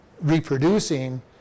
reproducing